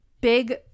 big